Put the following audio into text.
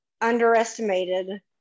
underestimated